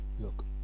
look